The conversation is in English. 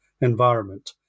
environment